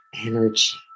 energy